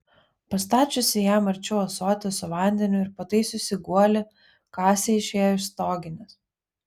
pastačiusi jam arčiau ąsotį su vandeniu ir pataisiusi guolį kasė išėjo iš stoginės